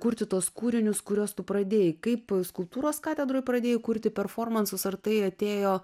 kurti tuos kūrinius kuriuos tu pradėjai kaip skulptūros katedroj pradėjai kurti performansus ar tai atėjo